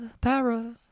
para